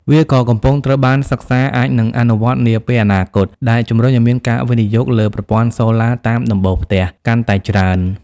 វាក៏កំពុងត្រូវបានសិក្សាអាចនឹងអនុវត្តនាពេលអនាគត ដែលជំរុញឱ្យមានការវិនិយោគលើប្រព័ន្ធសូឡាតាមដំបូលផ្ទះ កាន់តែច្រើន។